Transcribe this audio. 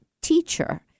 teacher